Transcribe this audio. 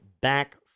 back